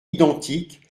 identiques